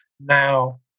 now